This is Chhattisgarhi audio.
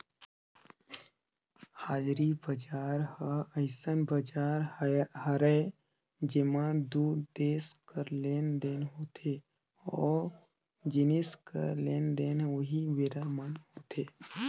हाजिरी बजार ह अइसन बजार हरय जेंमा दू देस कर लेन देन होथे ओ जिनिस कर लेन देन उहीं बेरा म होथे